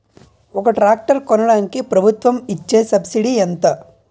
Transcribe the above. ఒక ట్రాక్టర్ కొనడానికి ప్రభుత్వం ఇచే సబ్సిడీ ఎంత?